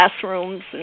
classrooms